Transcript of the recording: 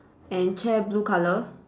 and chair blue colour